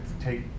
take